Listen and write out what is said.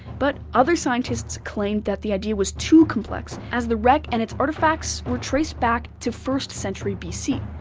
but other scientists claimed that the idea was too complex, as the wreck and its artifacts were traced back to first-century bc.